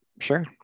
sure